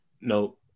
No